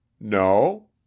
no